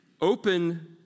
open